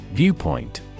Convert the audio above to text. Viewpoint